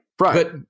right